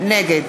נגד